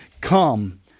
come